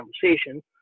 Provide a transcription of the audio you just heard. conversation